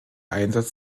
einsatz